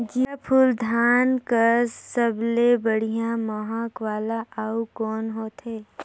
जीराफुल धान कस सबले बढ़िया महक वाला अउ कोन होथै?